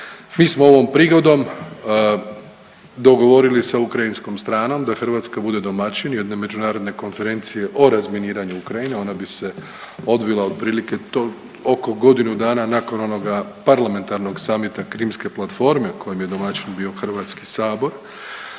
Mi smo ovom prigodom dogovorili sa ukrajinskom stranom da Hrvatska bude domaćin jedne međunarodne konferencije o razminiranju Ukrajine, ona bi se odvila otprilike oko godinu dana nakon onoga parlamentarnog summita Krimske platforme kojom je domaćin bio HS,